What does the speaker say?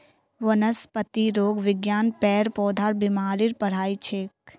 वनस्पतिरोग विज्ञान पेड़ पौधार बीमारीर पढ़ाई छिके